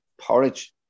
porridge